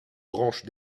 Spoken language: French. branches